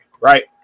right